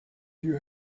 you